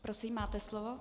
Prosím, máte slovo.